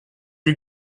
you